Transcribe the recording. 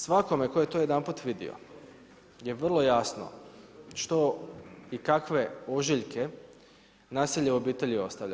Svakome tko je to jedanput vidio je vrlo jasno što i kakve ožiljke nasilje u obitelji ostavlja.